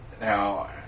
Now